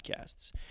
Podcasts